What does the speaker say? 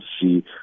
see